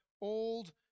old